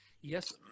yes